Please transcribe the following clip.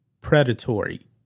predatory